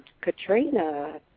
Katrina